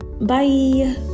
Bye